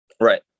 Right